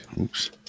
Oops